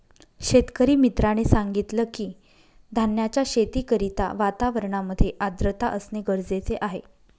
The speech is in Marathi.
शेतकरी मित्राने सांगितलं की, धान्याच्या शेती करिता वातावरणामध्ये आर्द्रता असणे गरजेचे आहे